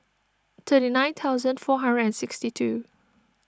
thirty nine thousand four hundred and sixty two